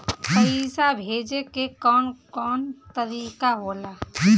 पइसा भेजे के कौन कोन तरीका होला?